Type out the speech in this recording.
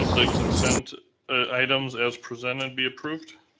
the consent items as presented be approved?